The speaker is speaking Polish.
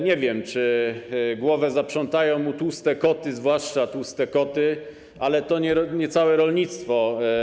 Nie wiem, czy głowę zaprzątają mu tłuste koty, zwłaszcza tłuste koty, ale to nie całe rolnictwo.